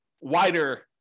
wider